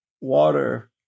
water